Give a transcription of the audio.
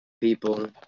people